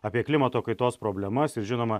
apie klimato kaitos problemas ir žinoma